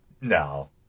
no